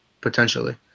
potentially